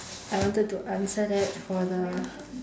I wanted to answer that for the